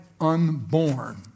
unborn